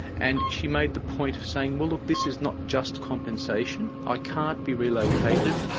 and she made the point of saying, well look, this is not just compensation i can't be relocated',